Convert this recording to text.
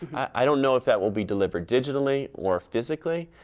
i don't know if that will be delivered digitally or physically,